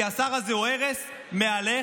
כי השר הזה הוא הרס מהלך.